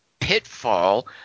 Pitfall